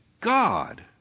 God